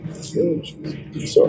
Sorry